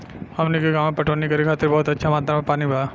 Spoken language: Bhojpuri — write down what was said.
हमनी के गांवे पटवनी करे खातिर बहुत अच्छा मात्रा में पानी बा